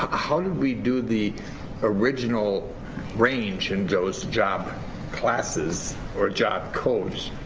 how do we do the original range in those job classes or job codes,